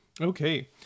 Okay